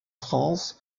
france